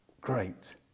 great